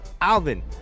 Alvin